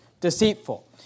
deceitful